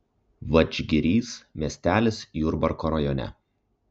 vadžgirys miestelis jurbarko rajone